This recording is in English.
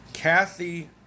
Kathy